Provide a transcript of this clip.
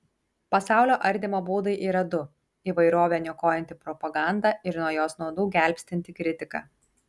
pasaulio ardymo būdai yra du įvairovę niokojanti propaganda ir nuo jos nuodų gelbstinti kritika